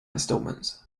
instalments